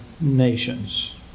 nations